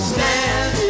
Stand